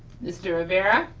mr. rivera.